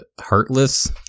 heartless